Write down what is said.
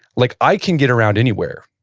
like i can get around anywhere.